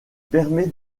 permet